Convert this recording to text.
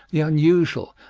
the unusual,